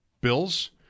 Bills